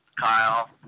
Kyle